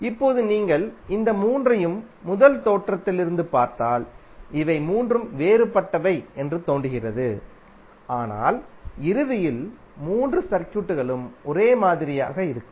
இப்போது நீங்கள் இந்த மூன்றையும் முதல் தோற்றத்திலிருந்து பார்த்தால் இவை மூன்றும் வேறுபட்டவை என்று தோன்றுகிறது ஆனால் இறுதியில் மூன்று சர்க்யூட்களும் ஒரே மாதிரியாக இருக்கும்